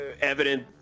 evident